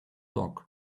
dock